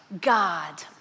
God